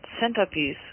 centerpiece